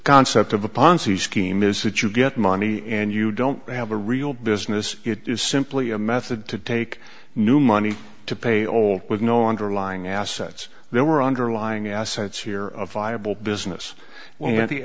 concept of a ponzi scheme is that you get money and you don't have a real business it is simply a method to take new money to pay all with no underlying assets there were underlying assets here a viable business we